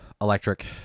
electric